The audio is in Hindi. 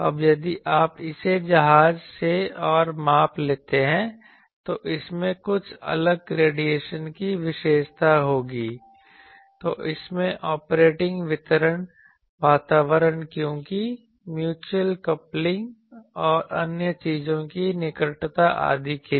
अब यदि आप इसे जहाज से और माप लेते हैं तो इसमें कुछ अलग रेडिएशन की विशेषता होगी तो इसमें ऑपरेटिंग वातावरण है क्योंकि म्यूचल कपलिंग और अन्य चीजों की निकटता आदि के लिए